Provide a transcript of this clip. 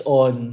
on